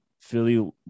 Philly